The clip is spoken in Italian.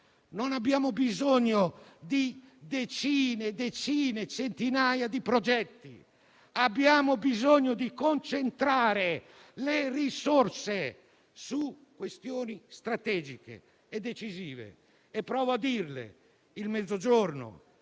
non abbiamo bisogno di centinaia di progetti. Abbiamo bisogno di concentrare le risorse su questioni strategiche e decisive, che provo a indicare.